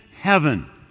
heaven